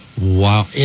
Wow